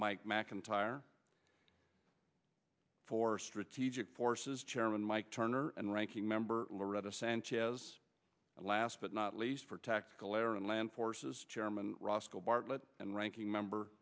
mike mcintyre for strategic forces chairman mike turner and ranking member loretta sanchez last but not least for tactical air and land forces chairman roscoe bartlett and ranking member